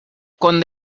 con